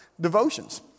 devotions